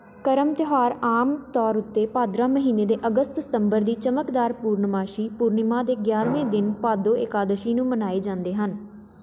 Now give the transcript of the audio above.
ਕਰਮ ਤਿਉਹਾਰ ਆਮ ਤੌਰ ਉੱਤੇ ਭਾਦਰਾ ਮਹੀਨੇ ਦੇ ਅਗਸਤ ਸਤੰਬਰ ਦੀ ਚਮਕਦਾਰ ਪੂਰਨਮਾਸ਼ੀ ਪੂਰਨਿਮਾ ਦੇ ਗਿਆਰਵੇਂ ਦਿਨ ਭਾਦੋ ਏਕਾਦਸ਼ੀ ਨੂੰ ਮਨਾਏ ਜਾਂਦੇ ਹਨ